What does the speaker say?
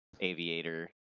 Aviator